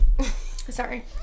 Sorry